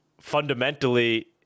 fundamentally